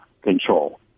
control